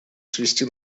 свести